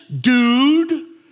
dude